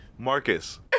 Marcus